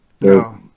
No